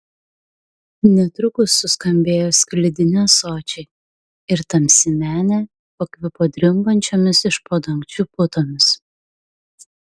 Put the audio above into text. netrukus suskambėjo sklidini ąsočiai ir tamsi menė pakvipo drimbančiomis iš po dangčiu putomis